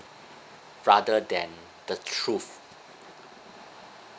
rather than the truth